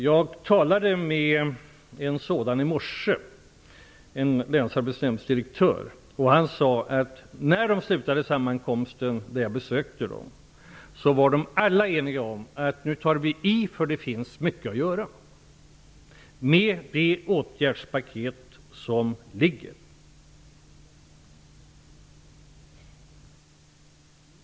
Jag talade med en länsarbetsnämndsdirektör i morse. När sammankomsten avslutades, sade han att alla var eniga om att man skulle ta i, eftersom det finns mycket att göra med det åtgärdspaket som föreligger.